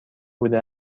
بوده